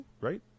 right